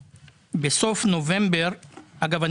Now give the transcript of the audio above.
אגב,